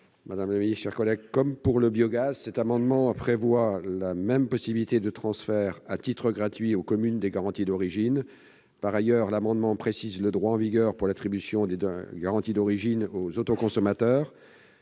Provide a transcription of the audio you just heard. parole est à M. le rapporteur. Comme pour le biogaz, cet amendement vise à prévoir dans son 2° la même possibilité de transfert à titre gratuit aux communes des garanties d'origine. Par ailleurs, l'amendement tend à préciser le droit en vigueur pour l'attribution des garanties d'origine aux autoconsommateurs.